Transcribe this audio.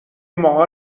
ماها